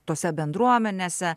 tose bendruomenėse